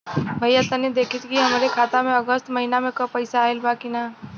भईया तनि देखती की हमरे खाता मे अगस्त महीना में क पैसा आईल बा की ना?